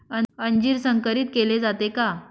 अंजीर संकरित केले जाते का?